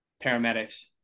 paramedics